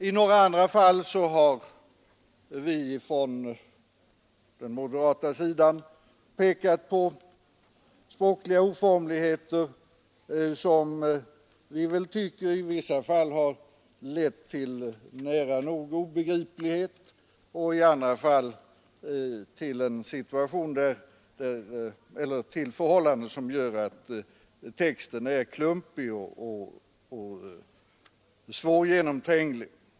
I några andra fall har vi från moderat håll pekat på språkliga oformligheter, som vi tycker i vissa fall lett till nära nog obegripligheter och i andra fall till att texten blivit klumpig och svårgenomtränglig.